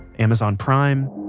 amazon prime,